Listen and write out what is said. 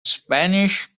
spanish